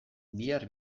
bihar